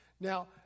Now